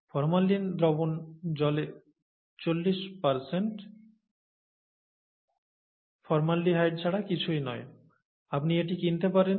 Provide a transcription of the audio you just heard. formalin দ্রবণ জলে 40 formaldehyde ছাড়া কিছুই নয় আপনি এটি কিনতে পারেন